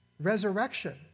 resurrection